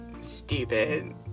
stupid